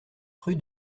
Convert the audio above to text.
rue